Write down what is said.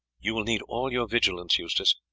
you will need all your vigilance, eustace.